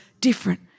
different